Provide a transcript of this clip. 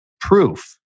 proof